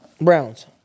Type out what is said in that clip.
Browns